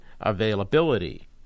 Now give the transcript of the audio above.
availability